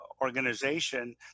organization